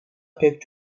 pek